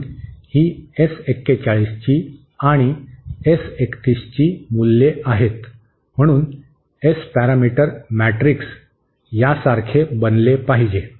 म्हणून ही एस 41 ची आणि एस 31 ची मूल्ये आहेत म्हणून एस पॅरामीटर मॅट्रिक्स यासारखे बनले पाहिजे